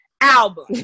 album